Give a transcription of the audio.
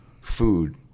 food